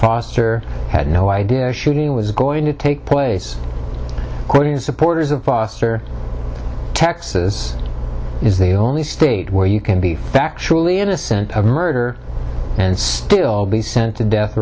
foster had no idea shooting was going to take place according to supporters of foster texas is the only state where you can be factually innocent of murder and still be sent to death